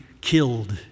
killed